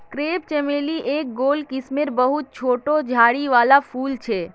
crepe चमेली एक गोल किस्मेर बहुत छोटा झाड़ी वाला फूल छे